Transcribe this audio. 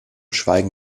schweigen